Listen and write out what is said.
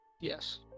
Yes